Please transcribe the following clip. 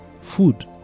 food